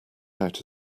out